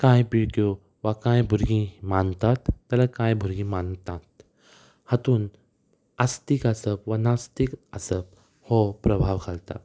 कांय पिळग्यो वा कांय भुरगीं मानतात जाल्यार कांय भुरगीं मानतात हातून आस्तीक आसप वा नास्तिक आसप हो प्रभाव घालता